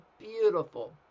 beautiful